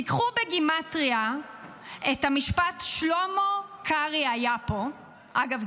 תיקחו בגימטרייה את המשפט "שלמה קרעי היה פה" אגב,